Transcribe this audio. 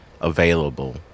available